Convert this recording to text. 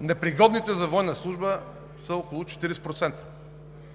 Непригодните за военна служба са около 40%.